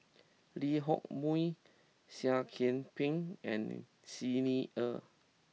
Lee Hock Moh Seah Kian Peng and Xi Ni Er